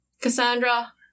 Cassandra